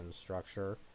structure